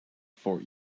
for